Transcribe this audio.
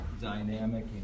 dynamic